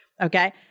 okay